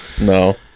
No